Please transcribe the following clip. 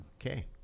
Okay